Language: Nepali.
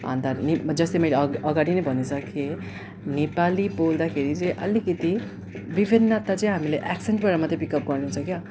अन्त नि जस्तै मैले अग् अगाडि नै भनिसकेँ नेपाली बोल्दाखेरि चाहिँ अलिकति विभिन्नता चाहिँ हामीले एक्सेन्टबाट मात्रै पिकअप गर्न मिल्छ क्या